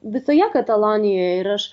visoje katalonijoje ir aš